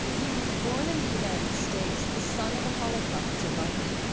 he was born in the united states, the son of a holocaust survivor.